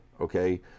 Okay